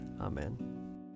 Amen